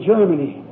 Germany